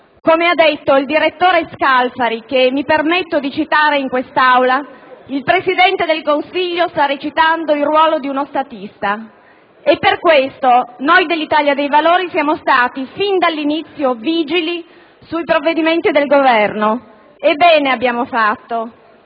Come ha detto il direttore Scalfari, che mi permetto di citare in quest'Aula, «il Presidente del Consiglio sta recitando il ruolo di uno statista». Per tale motivo noi dell'Italia dei Valori siamo stati fin dall'inizio vigili sui provvedimenti del Governo, e bene abbiamo fatto.